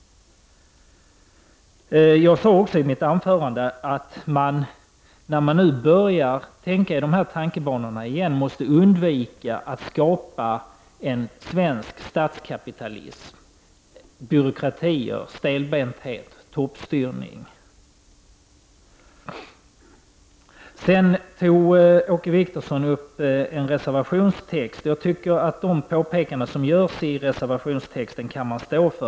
Jag sade också i mitt anförande att när man nu börjar tänka i dessa banor igen måste man undvika att skapa en svensk statskapitalism, byråkratier, stelbenthet och toppstyrning. Åke Wictorsson tog upp en reservationstext. Jag tycker att man kan stå för de påståenden som görs i reservationstexten.